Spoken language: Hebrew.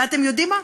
ואתם יודעים מה,